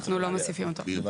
אנחנו לא צריכים אותו.